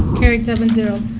carried seven zero.